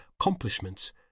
accomplishments